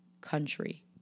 country